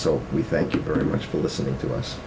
so we thank you very much for listening to us